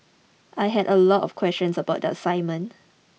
I had a lot of questions about that assignment